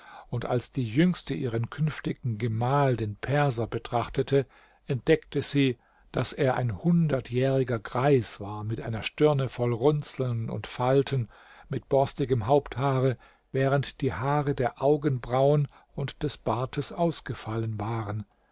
und als die jüngste ihren künftigen gemahl den perser betrachtete entdeckte sie daß er ein hundertjähriger greis war mit einer stirne voll runzeln und falten mit borstigem haupthaare während die haare der augenbrauen und des bartes ausgefallen waren